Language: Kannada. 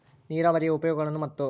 ನೇರಾವರಿಯ ಉಪಯೋಗಗಳನ್ನು ಮತ್ತು?